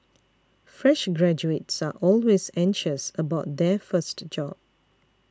fresh graduates are always anxious about their first job